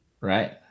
Right